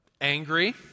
angry